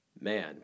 man